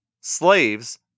Slaves